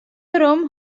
derom